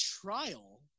trial